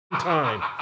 time